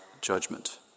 judgment